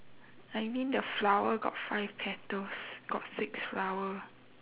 I mean the flower got five petals got six flower